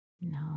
No